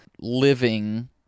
living